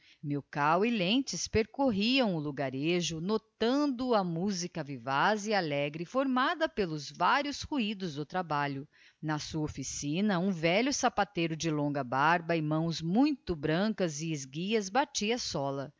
milkau e lentz percorriam o logarejo notando a musica vivaz e alegre formada pelos vários ruidos do trabalho na sua ofíicina um velho sapateiro de longa barba e mãos muito brancas e esguias batia